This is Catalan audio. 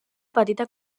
petita